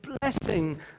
blessing